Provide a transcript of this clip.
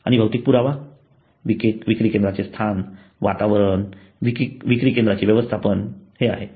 आणि भौतिक पुरावा विक्री केंदाचे स्थान वातावरण विक्री केंद्राचे व्यवस्थापन आहे